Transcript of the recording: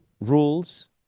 rules